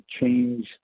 change